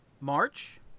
March